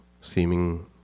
seeming